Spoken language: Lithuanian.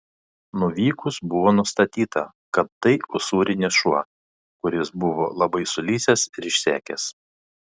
nuvykus buvo nustatyta kad tai usūrinis šuo kuris buvo labai sulysęs ir išsekęs